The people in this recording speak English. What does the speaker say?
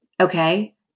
Okay